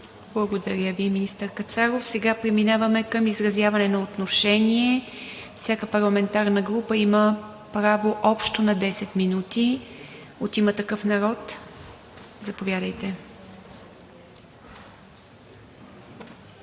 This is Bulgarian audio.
Благодаря Ви, министър Кацаров. Сега преминаваме към изразяване на отношение. Всяка парламентарна група има право общо на 10 минути. От „Има такъв народ“ – заповядайте.